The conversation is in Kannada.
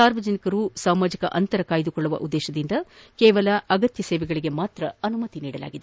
ಸಾರ್ವಜನಿಕರು ಸಾಮಾಜಿಕ ಅಂತರ ಕಾಯ್ದುಕೊಳ್ಳುವ ಉದ್ದೇಶದಿಂದ ಕೇವಲ ಅಗತ್ಯ ಸೇವೆಗಳಿಗೆ ಮಾತ್ರ ಅನುಮತಿ ನೀಡಲಾಗಿದೆ